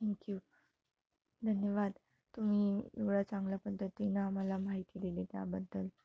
thank you धन्यवाद तुम्ही एवढा चांगल्या पद्धतीनं आम्हाला माहिती दिली त्याबद्दल